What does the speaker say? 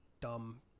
dumb